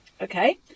Okay